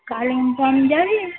কালিম্পং যাবি